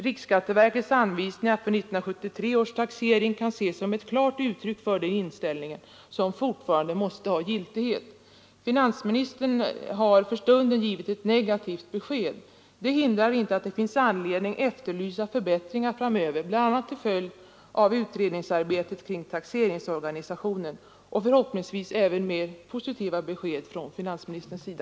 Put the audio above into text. Riksskatteverkets anvisningar för 1973 års taxering kan ses som ett klart uttryck för den inställningen som fortfarande måste ha giltighet. Finansministern har för stunden givit ett negativt besked. Det hindrar inte att det finns anledning efterlysa förbättringar framöver, bl.a. till följd av utredningsarbetet kring taxeringsorganisationen, och förhoppningsvis även mer positiva besked från finansministerns sida.